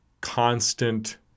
constant